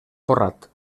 porrat